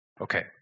Okay